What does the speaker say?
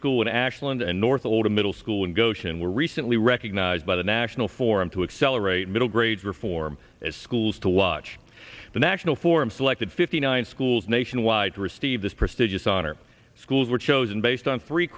school in ashland and north old a middle school in goshen were recently recognized by the national forum to accelerate middle grade reform as schools to watch the national forum selected fifty nine schools nationwide to receive this prestigious honor schools were chosen based on three